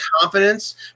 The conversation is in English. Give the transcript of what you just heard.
confidence